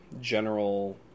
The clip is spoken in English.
general